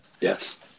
Yes